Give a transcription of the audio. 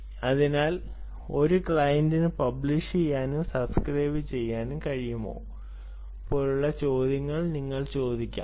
അതിനാൽ ഒരു ക്ലയന്റ് നു പബ്ലിഷ് ചെയ്യാനും സബ്സ്ക്രൈബുചെയ്യാനും കഴിയുമോ പോലുള്ള ചോദ്യങ്ങൾ നിങ്ങൾക്ക് ചോദിക്കാം